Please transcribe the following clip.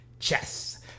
chess